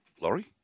Laurie